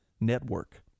Network